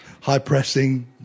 high-pressing